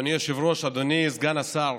אדוני היושב-ראש, אדוני סגן השר,